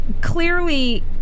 clearly